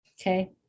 okay